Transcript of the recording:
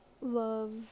love